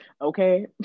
Okay